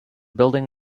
building